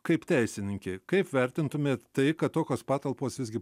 kaip teisininkė kaip vertintumėt tai kad tokios patalpos visgi